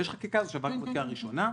ויש חקיקה שעברה בקריאה ראשונה,